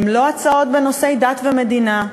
הן לא הצעות בנושאי דת ומדינה,